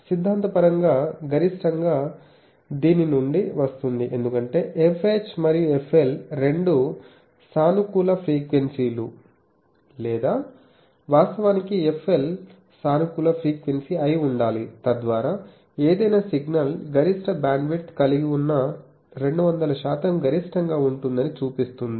సిద్ధాంతపరంగా గరిష్టంగా దీని నుండి వస్తుంది ఎందుకంటే fH మరియు fL రెండూ సానుకూల ఫ్రీక్వెన్సీలు లేదా వాస్తవానికి fL సానుకూల ఫ్రీక్వెన్సీ అయి ఉండాలి తద్వారా ఏదైనా సిగ్నల్ గరిష్ట బ్యాండ్విడ్త్ కలిగి ఉన్న 200 శాతం గరిష్టంగా ఉంటుందని చూపిస్తుంది